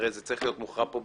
הרי זה צריך להיות מוכרע פה,